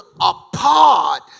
apart